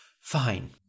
Fine